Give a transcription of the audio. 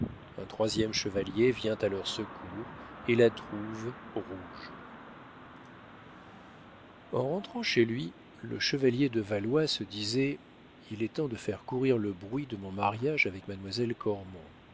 un troisième chevalier vient à leur secours et la trouve rouge en rentrant chez lui le chevalier de valois se disait il est temps de faire courir le bruit de mon mariage avec mademoiselle